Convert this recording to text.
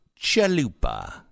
Chalupa